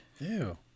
Ew